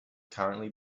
currently